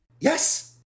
Yes